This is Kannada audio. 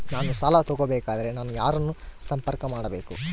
ನಾನು ಸಾಲ ತಗೋಬೇಕಾದರೆ ನಾನು ಯಾರನ್ನು ಸಂಪರ್ಕ ಮಾಡಬೇಕು?